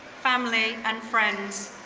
family and friends,